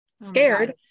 scared